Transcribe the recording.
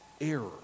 error